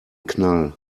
knall